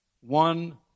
One